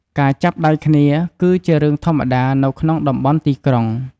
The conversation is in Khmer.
ការចាប់ដៃគ្នា គឺជារឿងធម្មតានៅក្នុងតំបន់ទីក្រុង។